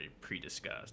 pre-discussed